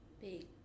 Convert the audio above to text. Big